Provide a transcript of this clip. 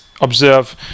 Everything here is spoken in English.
observe